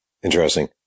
Interesting